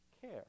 care